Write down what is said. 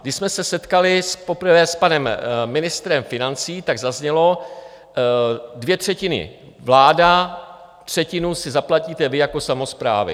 Když jsme se setkali poprvé s panem ministrem financí, tak zaznělo: Dvě třetiny vláda, třetinu si zaplatíte vy jako samosprávy.